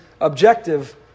objective